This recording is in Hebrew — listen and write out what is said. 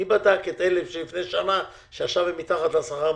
מי בדק את אלה מלפני שנה שעכשיו הם מתחת לשכר הממוצע,